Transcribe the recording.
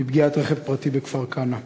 מפגיעת רכב פרטי בכפר-כנא.